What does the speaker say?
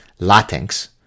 Latinx